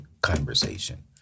conversation